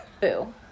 Boo